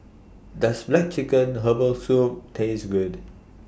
Does Black Chicken Herbal Soup Taste Good